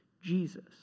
Jesus